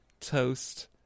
toast